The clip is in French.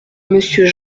monsieur